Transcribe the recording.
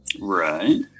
Right